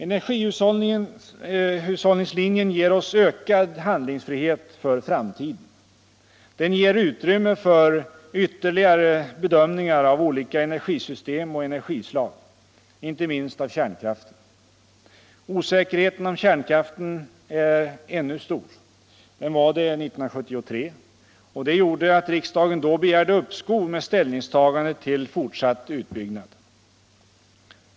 Energihushållningslinjen ger oss ökad handlingsfrihet för framtiden. Den ger utrymme för ytterligare bedömningar av olika energisystem och energislag — inte minst av kärnkraften. Osäkerheten om kärnkraften är ännu stor. Den var det 1973. Det gjorde att riksdagen då begärde uppskov med ställningstagandet till fortsatt utbyggnad.